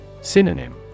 Synonym